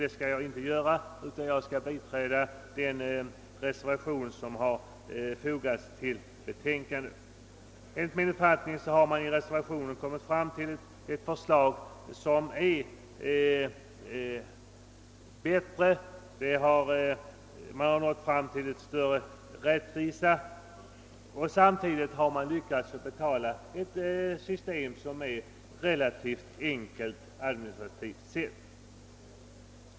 Det skall jag emellertid inte göra utan vill biträda den reservation som har fogats vid betänkandet. I reservationen har man enligt min uppfattning lyckats utforma ett bättre förslag — ett förslag där större hänsyn har tagits till rättvisekravet samtidigt som man lyckats bibehålla ett relativt enkelt system administrativt sett.